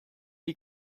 die